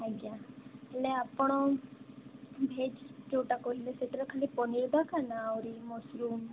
ଆଜ୍ଞା ହେଲେ ଆପଣ ଭେଜ୍ ଯୋଉଟା କହିଲେ ସେଇଥିରେ ଖାଲି ପନିର୍ ଦରକାର ନା ଆହୁରି ମସ୍ରୁମ୍